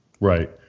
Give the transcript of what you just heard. Right